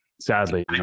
Sadly